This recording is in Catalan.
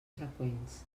freqüents